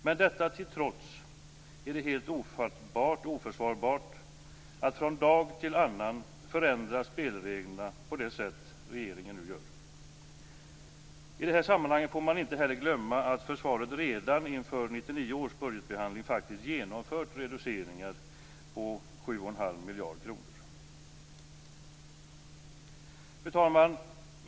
Men detta till trots är det helt ofattbart och oförsvarbart att från dag till annan förändra spelreglerna på det sätt regeringen nu gör. I det här sammanhanget får man inte heller glömma att försvaret redan inför 1999 års budgetbehandling faktiskt genomfört reduceringar på 7 1⁄2 Fru talman!